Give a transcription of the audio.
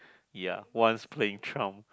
ya once playing Trump